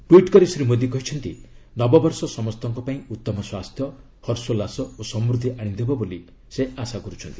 tweet କରି ଶ୍ରୀ ମୋଦି କହିଛନ୍ତି ନବବର୍ଷ ସମସ୍ତଙ୍କପାଇଁ ଉତ୍ତମ ସ୍ୱାସ୍ଥ୍ୟ ହର୍ଷୋଲ୍ଲାସ ଓ ସମୃଦ୍ଧି ଆଶିଦେବ ବୋଲି ସେ ଆଶା କର୍ତ୍ଥନ୍ତି